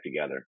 together